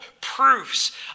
proofs